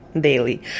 Daily